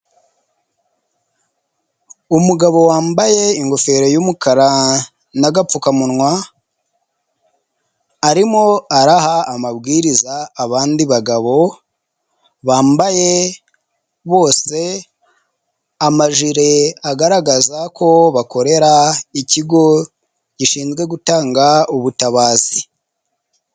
Umugabo wambaye ingofero y'umukara n'agapfukamunwa, arimo araha amabwiriza abandi bagabo bambaye bose amajire agaragaza ko bakorera ikigo gishinzwe gutanga ubutabazi.